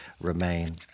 remain